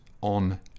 on